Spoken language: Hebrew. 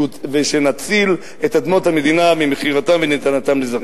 ושנציל את אדמות המדינה ממכירתן ומנתינתן לזרים.